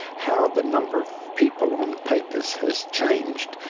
how the number of people on papers has changed,